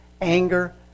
anger